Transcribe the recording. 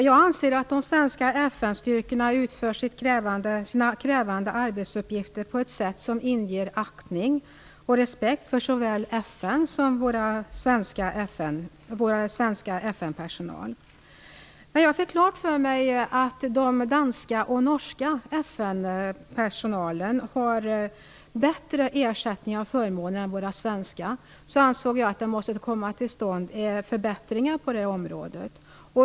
Jag anser att de svenska FN-styrkorna utför sina krävande arbetsuppgifter på ett sätt som inger aktning och respekt för såväl FN som vår svenska FN När jag fick klart för mig att den danska och norska FN-personalen har bättre ersättning och förmåner än vår svenska, ansåg jag att det måste komma till stånd förbättringar på det området.